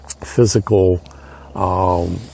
physical